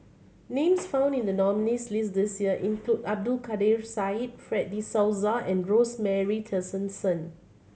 names found in the nominees' list this year include Abdul Kadir Syed Fred De Souza and Rosemary Tessensohn